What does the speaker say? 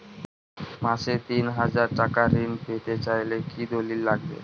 মাসে তিন হাজার টাকা ঋণ পেতে চাইলে কি দলিল লাগবে?